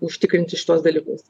užtikrinti šituos dalykus